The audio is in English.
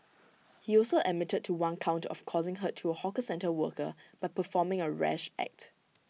he also admitted to one count of causing hurt to A hawker centre worker by performing A rash act